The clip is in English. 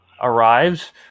arrives